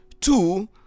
two